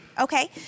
Okay